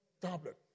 Tablet